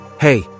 Hey